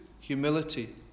humility